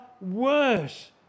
worse